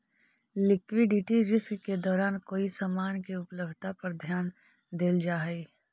liquidity risk के दौरान कोई समान के उपलब्धता पर ध्यान देल जा हई